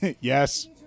Yes